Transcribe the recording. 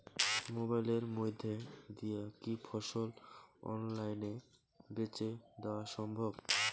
মোবাইলের মইধ্যে দিয়া কি ফসল অনলাইনে বেঁচে দেওয়া সম্ভব?